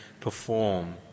perform